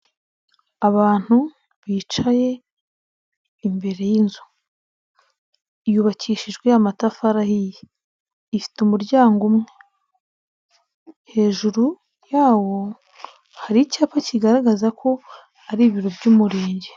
Abantu bicaye imbere y'inzu yubakishijwe amatafari ahiye, ifite umuryango umwe, hejuru yawo hari icyapa kigaragaza ko ari ibiro by'umurenge.